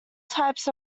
types